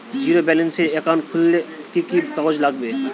Zero ব্যালেন্সের account খুলতে কি কি কাগজ লাগবে?